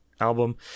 album